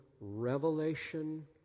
revelation